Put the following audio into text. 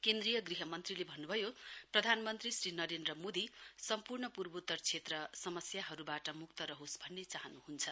केन्द्रीय गृह मन्त्रीले भन्नुभयो प्रधानमन्त्री श्री नरेन्द्र मोदी सम्पूर्ण पूर्वोत्तर क्षेत्र समस्याहरूबाट मुक्त रहोस् भन्ने चाहन्हन्छ